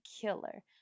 killer